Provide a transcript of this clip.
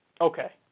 Okay